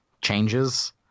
changes